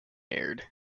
aired